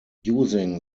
using